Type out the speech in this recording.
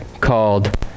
called